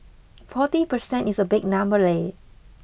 forty percent is a big number leh